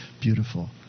Beautiful